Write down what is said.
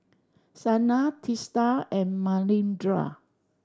Saina Teesta and Manindra